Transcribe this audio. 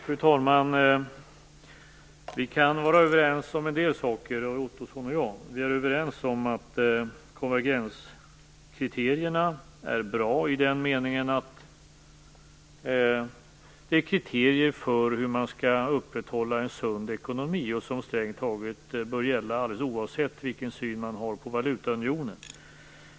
Fru talman! Vi kan vara överens om en del saker, Roy Ottosson och jag. Vi är överens om att konvergenskriterierna är bra i den meningen att det är kriterier för hur man skall upprätthålla en sund ekonomi och som strängt taget bör gälla alldeles oavsett vilken syn man har på valutaunionen.